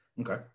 okay